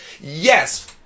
yes